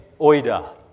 oida